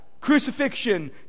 crucifixion